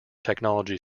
technology